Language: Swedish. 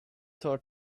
tar